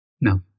no